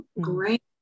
great